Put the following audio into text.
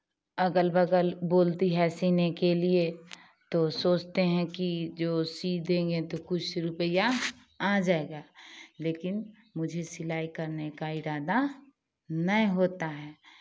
अगल बगल बोलती है सिलने के लिए तो सोचते हैं कि जो सिल देंगे तो कुछ रुपैया आ जाएगा लेकिन मुझे सिलाई करने का इरादा नहीं होता है